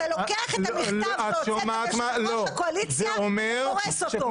אתה לוקח את המכתב שהוצאת ליושב-ראש הקואליציה וגורס אותו.